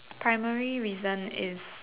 primary reason is